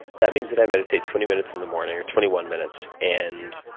that means that i meditate twenty minutes in the morning, or twenty one minutes. and